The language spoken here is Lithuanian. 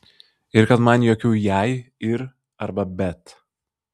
ir kad man jokių jei ir arba bet